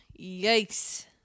Yikes